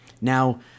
Now